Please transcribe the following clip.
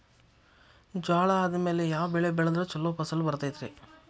ಜ್ವಾಳಾ ಆದ್ಮೇಲ ಯಾವ ಬೆಳೆ ಬೆಳೆದ್ರ ಛಲೋ ಫಸಲ್ ಬರತೈತ್ರಿ?